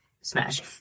Smash